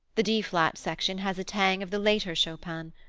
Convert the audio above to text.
the d flat section has a tang of the later chopin.